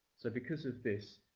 so because of this,